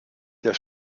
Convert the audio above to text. der